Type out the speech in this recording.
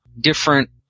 different